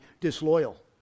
disloyal